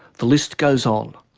the list goes on.